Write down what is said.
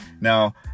Now